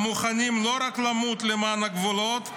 המוכנים לא רק למות למען הגבולות,